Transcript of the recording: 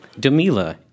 Damila